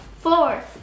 Four